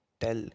tell